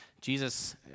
Jesus